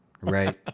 right